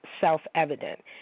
self-evident